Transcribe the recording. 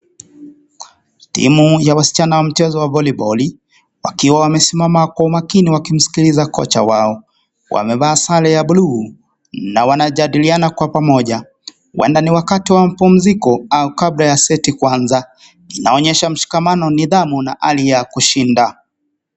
Timu ya waschana ya mpira wa voliboli, wakiwa wamesimama kwa umakini wakimskiliza kocha wao. Wamevaa sare ya buluu na wanajadiliana kwa pamoja. Huenda ni wakati wa mapumziko au kabla ya seti kuanza. Inaonyesha mshkamano wa nidhamu na hali ya kushinda.